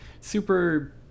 super